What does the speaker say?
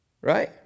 Right